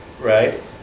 right